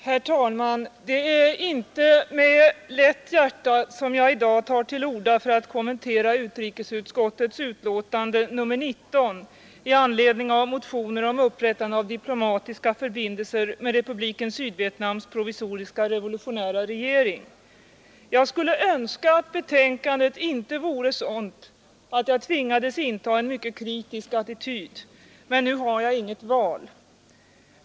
Herr talman! Det är inte med lätt hjärta som jag i dag tar till orda för att kommentera utrikesutskottets betänkande nr 19 i anledning av motioner om upprättande av diplomatiska förbindelser med Republiken Sydvietnams provisoriska revolutionära regering. Jag skulle önska att betänkandet inte vore sådant att jag tvingades inta en mycket kritisk attityd, men nu har jag inget val.